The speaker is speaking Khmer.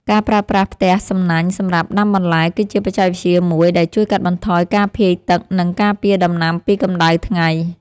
ការប្រើប្រាស់ផ្ទះសំណាញ់សម្រាប់ដាំបន្លែគឺជាបច្ចេកវិទ្យាមួយដែលជួយកាត់បន្ថយការភាយទឹក និងការពារដំណាំពីកម្តៅថ្ងៃ។